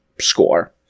score